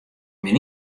myn